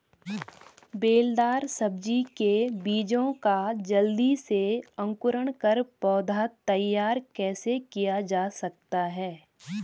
बेलदार सब्जी के बीजों का जल्दी से अंकुरण कर पौधा तैयार कैसे किया जा सकता है?